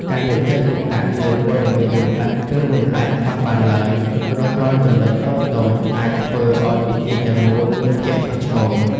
ការយកចិត្តទុកដាក់លើព័ត៌មានលម្អិត គឺមិនអាចខ្វះបានឡើយ ព្រោះរាល់ចំណុចតូចៗអាចធ្វើឱ្យពិធីទាំងមូលមានភាពខុសឆ្គង។